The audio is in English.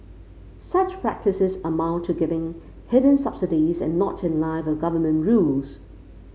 such practices amount to giving hidden subsidies and not in line with government rules